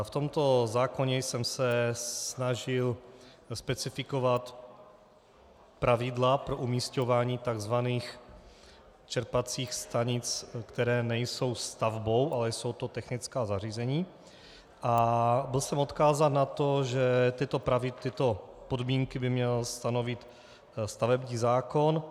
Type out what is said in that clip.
V tomto zákoně jsem se snažil specifikovat pravidla pro umísťování takzvaných čerpacích stanic, které nejsou stavbou, ale jsou to technická zařízení, a byl jsem odkázán na to, že tyto podmínky by měl stanovit stavební zákon.